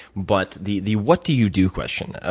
but the the what do you do question. ah